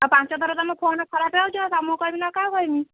ଆଉ ପାଞ୍ଚ ଥର ତୁମ ଫୋନ୍ ଖରାପ ହେଉଛି ଆଉ ତୁମକୁ କହିବିନି ଆଉ କାହାକୁ କହିବି